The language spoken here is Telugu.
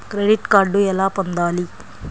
క్రెడిట్ కార్డు ఎలా పొందాలి?